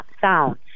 sound